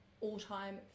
all-time